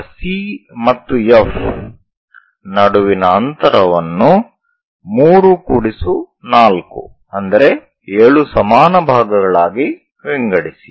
ಈಗ C ಮತ್ತು F ನಡುವಿನ ಅಂತರವನ್ನು 3 4 ಅಂದರೆ 7 ಸಮಾನ ಭಾಗಗಳಾಗಿ ವಿಂಗಡಿಸಿ